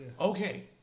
Okay